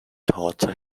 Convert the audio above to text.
torture